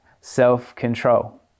self-control